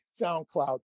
soundcloud